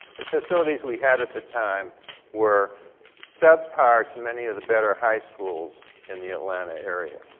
the facilities we had at the time were subpar to many of the better high schools in the atlanta area,